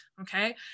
okay